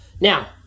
Now